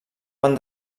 van